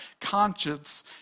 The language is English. conscience